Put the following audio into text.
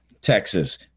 Texas –